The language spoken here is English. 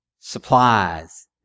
supplies